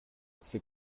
c’est